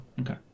Okay